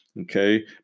Okay